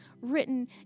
written